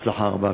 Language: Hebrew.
הצלחה רבה.